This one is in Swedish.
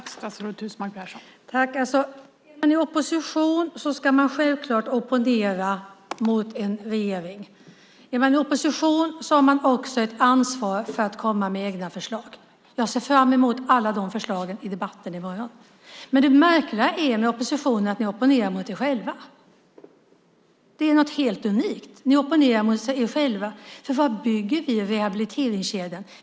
Fru talman! Är man i opposition ska man självklart opponera mot en regering. Är man i opposition har man också ett ansvar att komma med egna förslag. Jag ser fram emot alla de förslagen i debatten i morgon. Men det märkliga med oppositionen är att ni opponerar mot er själva. Det är något helt unikt. Ni opponerar mot er själva. För vad bygger vi rehabiliteringskedjan på?